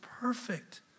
perfect